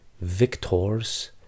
victors